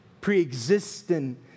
preexistent